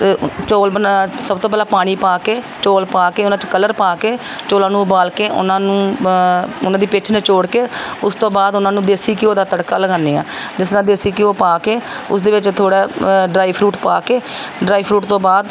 ਚੌਲ ਬਣਾ ਸਭ ਤੋਂ ਪਹਿਲਾਂ ਪਾਣੀ ਪਾ ਕੇ ਚੌਲ ਪਾ ਕੇ ਉਹਨਾਂ 'ਚ ਕਲਰ ਪਾ ਕੇ ਚੌਲਾਂ ਨੂੰ ਉਬਾਲ ਕੇ ਉਹਨਾਂ ਨੂੰ ਉਹਨਾਂ ਦੀ ਪਿੱਛ ਨਿਚੋੜ ਕੇ ਉਸ ਤੋਂ ਬਾਅਦ ਉਹਨਾਂ ਨੂੰ ਦੇਸੀ ਘਿਓ ਦਾ ਤੜਕਾ ਲਗਾਉਂਦੇ ਹਾਂ ਜਿਸ ਤਰ੍ਹਾਂ ਦੇਸੀ ਘਿਉ ਪਾ ਕੇ ਉਸਦੇ ਵਿੱਚ ਥੋੜ੍ਹਾ ਡਰਾਈ ਫਰੂਟ ਪਾ ਕੇ ਡਰਾਈ ਫਰੂਟ ਤੋਂ ਬਾਅਦ